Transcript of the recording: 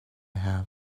have